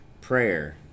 Prayer